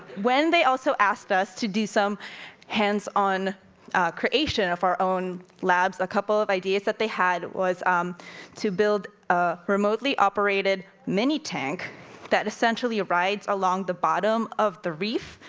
when they also asked us to do some hands-on creation of our own labs, a couple of ideas that they had was um to build ah remotely operated mini tank that essentially rides along the bottom of the reef,